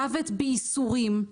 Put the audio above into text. מוות בייסורים.